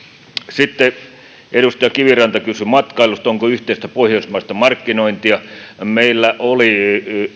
sitten edustaja kiviranta kysyi matkailusta onko yhteistä pohjoismaista markkinointia meillä oli